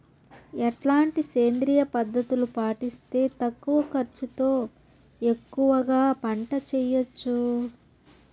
ఎట్లాంటి సేంద్రియ పద్ధతులు పాటిస్తే తక్కువ ఖర్చు తో ఎక్కువగా పంట చేయొచ్చు?